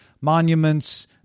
monuments